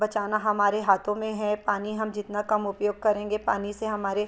बचाना हमारे हाथों में है पानी हम जितना कम उपयोग करेंगे पानी से हमारे